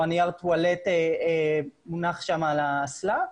או נייר הטואלט מונח שמה על האסלה.